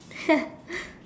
ya